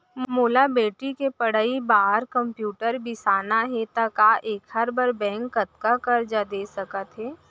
मोला बेटी के पढ़ई बार कम्प्यूटर बिसाना हे त का एखर बर बैंक कतका करजा दे सकत हे?